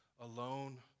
alone